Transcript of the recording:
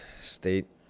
state